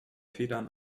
federn